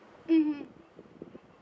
mmhmm